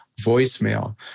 voicemail